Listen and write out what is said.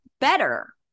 better